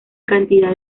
cantidad